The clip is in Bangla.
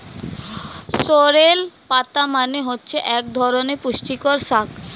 সোরেল পাতা মানে হচ্ছে এক ধরনের পুষ্টিকর শাক